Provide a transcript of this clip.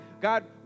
God